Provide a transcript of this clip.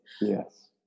Yes